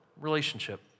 Relationship